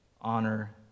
honor